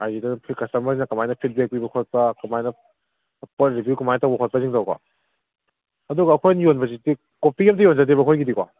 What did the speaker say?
ꯑꯥꯏ ꯖꯤꯗ ꯁꯤ ꯀꯁꯇꯃꯔꯁꯤꯅ ꯀꯃꯥꯏꯅ ꯐꯦꯠꯕꯦꯛ ꯄꯤꯕ ꯈꯣꯠꯄ ꯀꯃꯥꯏꯅ ꯄꯣꯠ ꯔꯤꯚ꯭ꯌꯨ ꯀꯃꯥꯏꯅ ꯇꯧꯕ ꯈꯣꯠꯄꯁꯤꯡꯗꯣꯀꯣ ꯑꯗꯨꯒ ꯑꯩꯈꯣꯏꯅ ꯌꯣꯟꯕꯁꯤꯗꯤ ꯀꯣꯄꯤ ꯑꯝꯇ ꯌꯣꯟꯖꯗꯦꯕ ꯑꯩꯈꯣꯏꯒꯤꯗꯤꯀꯣ